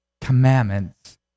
commandments